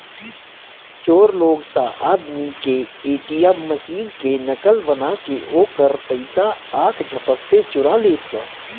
चोर लोग स आदमी के ए.टी.एम मशीन के नकल बना के ओकर पइसा आख झपकते चुरा लेत बा